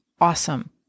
awesome